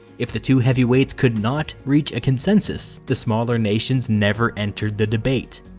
if the two heavyweights could not reach a consensus, the smaller nations never entered the debate.